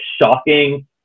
shocking